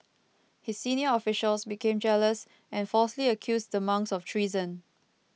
his senior officials became jealous and falsely accused the monks of treason